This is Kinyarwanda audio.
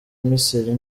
misiri